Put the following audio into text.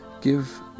Give